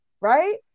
right